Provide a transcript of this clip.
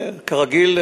כרגיל.